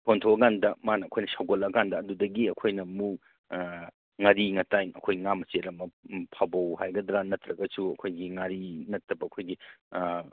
ꯃꯐꯣꯟ ꯊꯣꯛꯑ ꯀꯥꯟꯗ ꯃꯥꯅ ꯑꯩꯈꯣꯏꯅ ꯁꯧꯒꯠꯂ ꯀꯥꯟꯗ ꯑꯗꯨꯗꯒꯤ ꯑꯩꯈꯣꯏꯅ ꯑꯃꯨꯛ ꯉꯔꯤ ꯉꯥꯇꯥꯏ ꯑꯩꯈꯣꯏ ꯉꯥ ꯃꯆꯦꯠ ꯑꯃ ꯐꯥꯕꯧ ꯍꯥꯏꯒꯗ꯭ꯔꯥ ꯅꯠꯇ꯭ꯔꯒꯁꯨ ꯑꯩꯈꯣꯏꯒꯤ ꯉꯥꯔꯤ ꯅꯠꯇꯕ ꯑꯩꯈꯣꯏꯒꯤ